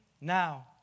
now